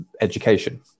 education